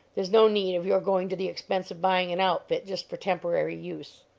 there's no need of your going to the expense of buying an outfit just for temporary use.